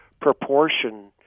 proportion